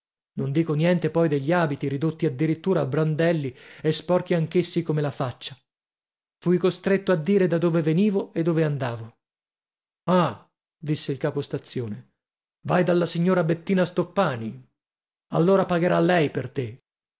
non dico niente poi degli abiti ridotti addirittura a brandelli e sporchi anch'essi come la faccia fui costretto a dire da dove venivo e dove andavo ah disse il capostazione vai dalla signora bettina stoppani allora pagherà lei per te